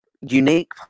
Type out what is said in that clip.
unique